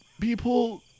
people